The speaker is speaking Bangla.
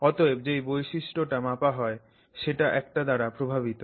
অতএব যে বৈশিষ্ট্যটা মাপা হয় সেটা এটা দ্বারা প্রভাবিত